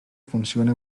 funciona